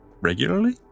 regularly